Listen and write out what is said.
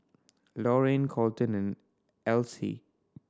Lorayne Kolten and Elsie